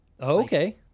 Okay